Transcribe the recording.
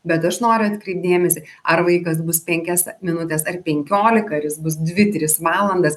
bet aš noriu atkreipt dėmesį ar vaikas bus penkias minutes ar penkiolika ar jis bus dvi tris valandas